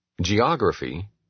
Geography